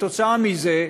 כתוצאה מזה רובנו,